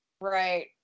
right